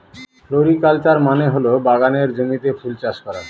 floriculture মানে হল বাগানের জমিতে ফুল চাষ করা